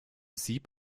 sieb